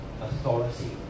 authority